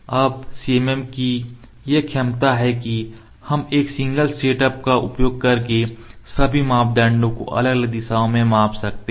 अब CMM की यह क्षमता है की हम सिंगल सेटअप का उपयोग करके सभी मापदंडों को अलग अलग दिशाओं में माप सकते हैं